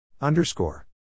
Underscore